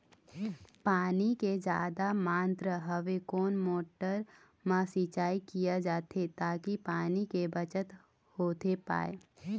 पानी के जादा मात्रा हवे कोन मोटर मा सिचाई किया जाथे ताकि पानी के बचत होथे पाए?